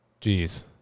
Jeez